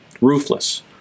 ruthless